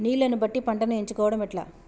నీళ్లని బట్టి పంటను ఎంచుకోవడం ఎట్లా?